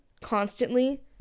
constantly